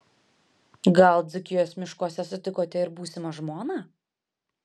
gal dzūkijos miškuose sutikote ir būsimą žmoną